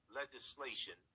legislation